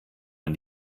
man